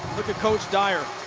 look at coach dyer.